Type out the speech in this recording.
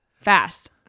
fast